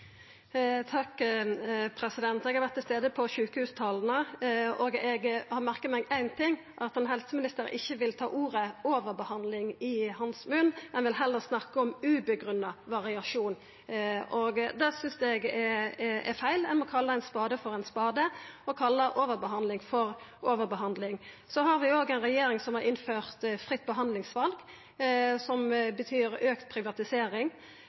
Eg har vore til stades under sjukehustalane, og eg har merka meg éin ting – at helseministeren ikkje vil ta ordet «overbehandling» i sin munn, men heller snakka om ugrunna variasjon. Det synest eg er feil. Ein må kalla ein spade for ein spade og overbehandling for overbehandling. Vi har ei regjering som har innført fritt behandlingsval, som betyr auka privatisering,